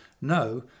No